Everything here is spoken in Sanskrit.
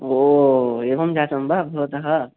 ओ एवं जातं वा भवतः